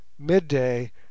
midday